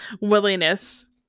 willingness